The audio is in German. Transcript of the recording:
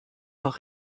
noch